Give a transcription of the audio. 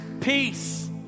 Peace